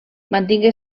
mantingué